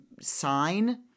sign